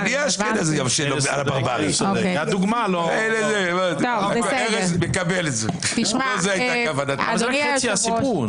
העובדות שלא היה דיון כלכלי כמו שצריך,